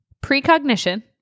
Precognition